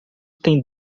tem